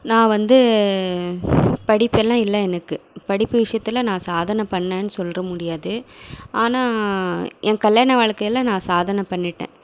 நான் வந்து படிப்பெல்லாம் இல்லை எனக்கு படிப்பு விஷயத்தில் நான் சாதனை பண்ணேன்னு சொல்லிட முடியாது ஆனால் என் கல்யாண வாழ்க்கையில் நான் சாதனை பண்ணிட்டேன்